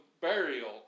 burial